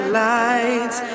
lights